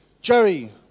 Jerry